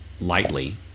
lightly